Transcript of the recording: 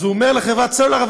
אז הוא אומר לחברת הסלולר: